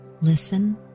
Listen